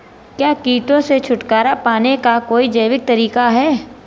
क्या कीटों से छुटकारा पाने का कोई जैविक तरीका है?